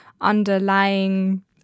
underlying